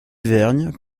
vergnes